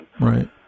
Right